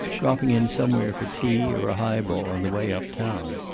dropping in somewhere for tea or a highball on the way uptown.